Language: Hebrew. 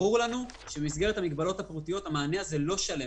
ברור לנו שבמסגרת המגבלות המענה הזה הוא לא שלם,